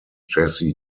jesse